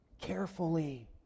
carefully